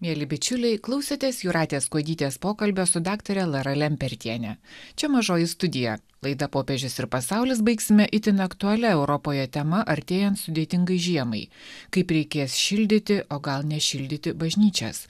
mieli bičiuliai klausėtės jūratės kuodytės pokalbio su daktare lara lempertiene čia mažoji studija laidą popiežius ir pasaulis baigsime itin aktualia europoje tema artėjant sudėtingai žiemai kaip reikės šildyti o gal nešildyti bažnyčias